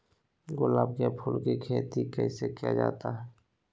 गुलाब के फूल की खेत कैसे किया जाता है?